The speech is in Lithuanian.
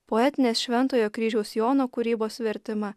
poetinės šventojo kryžiaus jono kūrybos vertimą